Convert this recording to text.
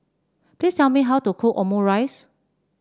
please tell me how to cook Omurice